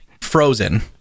frozen